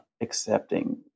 accepting